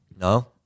No